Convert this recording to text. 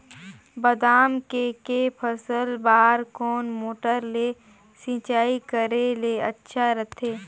बादाम के के फसल बार कोन मोटर ले सिंचाई करे ले अच्छा रथे?